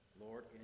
Lord